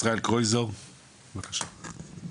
ישראל קרויזר, בבקשה.